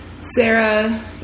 Sarah